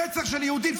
רצח של יהודים,